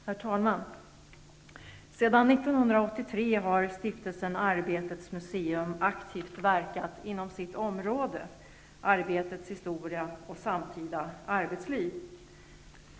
Herr talman! Sedan 1983 har Stiftelsen Arbetets museum aktivt verkat inom sitt område, arbetets historia och samtida arbetsliv.